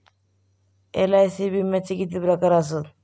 LIC विम्याचे किती प्रकार आसत?